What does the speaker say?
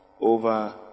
over